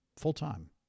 full-time